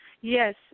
Yes